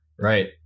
right